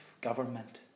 government